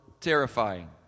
terrifying